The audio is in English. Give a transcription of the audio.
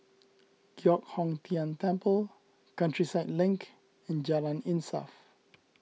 Giok Hong Tian Temple Countryside Link and Jalan Insaf